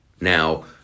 Now